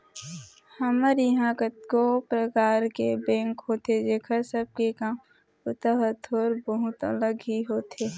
हमर इहाँ कतको परकार के बेंक होथे जेखर सब के काम बूता ह थोर बहुत अलग ही होथे